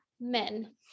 men